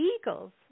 eagles